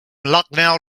lucknow